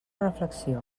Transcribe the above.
reflexió